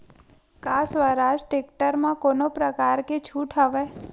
का स्वराज टेक्टर म कोनो प्रकार के छूट हवय?